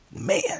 man